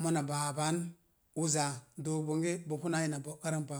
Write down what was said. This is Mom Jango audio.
mona baa ban, uza dook bonge bo pu naa ina bo'kan ran pa.